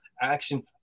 action